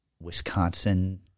Wisconsin